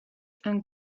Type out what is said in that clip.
and